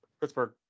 Pittsburgh